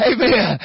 Amen